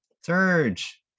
Surge